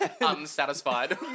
Unsatisfied